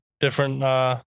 different